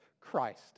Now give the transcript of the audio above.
Christ